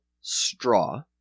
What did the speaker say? straw